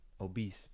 Obese